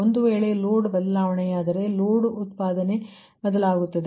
ಒಂದು ವೇಳೆ ಲೋಡ್ ಬದಲಾವಣೆಯಾದರೆ ಲೋಡ್ ಉತ್ಪಾದನೆ ಬದಲಾಗುತ್ತದೆ